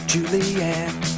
Julianne